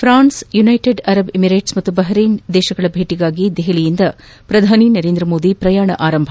France United Arab Emirates ಮತ್ತು Bahrain ರಾಷ್ಟಗಳ ಭೇಟಿಗಾಗಿ ದೆಹಲಿಯಿಂದ ಪ್ರಧಾನಿ ನರೇಂದ್ರ ಮೋದಿ ಪ್ರಯಾಣ ಆರಂಭ